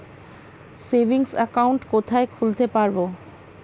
Savings account কোথায় খুলতে পারব?